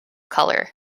colour